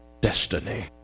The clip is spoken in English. destiny